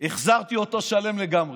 החזרתי אותו שלם לגמרי,